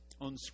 on